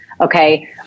Okay